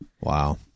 Wow